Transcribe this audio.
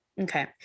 Okay